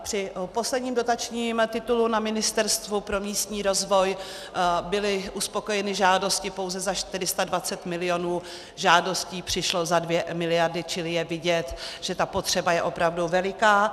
Při posledním dotačním titulu na Ministerstvu pro místní rozvoj byly uspokojeny žádosti pouze za 420 milionů, žádostí přišlo za 2 miliardy, čili je vidět, že ta potřeba je opravdu veliká.